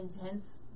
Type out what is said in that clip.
intense